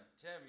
Tim